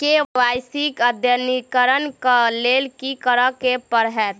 KYC अद्यतनीकरण कऽ लेल की करऽ कऽ हेतइ?